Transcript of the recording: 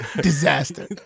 Disaster